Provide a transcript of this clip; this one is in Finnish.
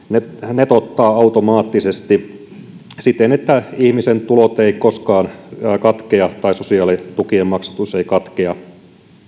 netottaa automaattisesti siten että ihmisen tulot eivät koskaan katkea tai sosiaalitukien maksatus ei katkea